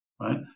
right